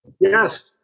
Yes